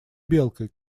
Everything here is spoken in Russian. белкой